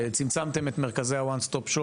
צמצמתם את מרכזי ה-"One Stop Shop"